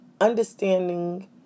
understanding